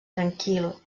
tranquil